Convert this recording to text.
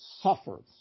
suffers